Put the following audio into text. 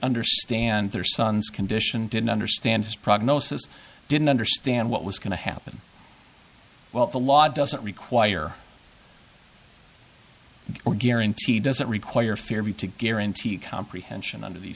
understand their son's condition didn't understand his prognosis didn't understand what was going to happen well the law doesn't require or guarantee does it require fear of you to guarantee comprehension under these